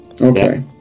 Okay